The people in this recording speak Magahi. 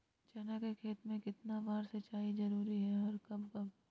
चना के खेत में कितना बार सिंचाई जरुरी है और कब कब?